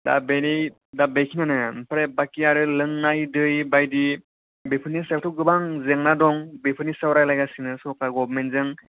दा बेनि दा बेखि बाखि आरो लोंनाय दै बायदि बेफोरनि सायाव थ' गोबां जेंना दं बेफोरनि सायाव रायलायगासिनो सरखारआ गबमेन जों